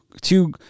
two